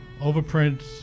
overprints